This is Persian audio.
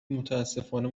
متأسفانه